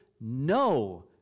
no